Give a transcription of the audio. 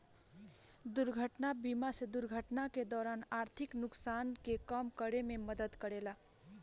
दुर्घटना बीमा से दुर्घटना के दौरान आर्थिक नुकसान के कम करे में मदद मिलेला